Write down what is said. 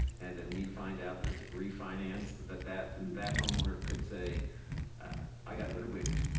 and then we find out that it's refinanced, that that that homeowner could say i got hoodwinked.